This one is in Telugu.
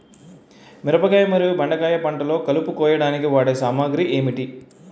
మిరపకాయ మరియు బెండకాయ పంటలో కలుపు కోయడానికి వాడే సామాగ్రి ఏమిటి?